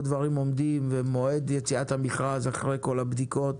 דברים עומדים ומועד יציאת המכרז אחרי כל הבדיקות